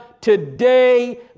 today